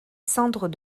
cendres